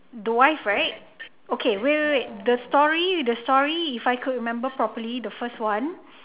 the wife right okay wait wait wait the story the story if I could remember properly the first one